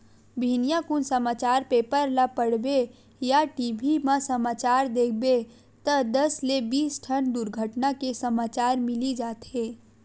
बिहनिया कुन समाचार पेपर ल पड़बे या टी.भी म समाचार देखबे त दस ले बीस ठन दुरघटना के समाचार मिली जाथे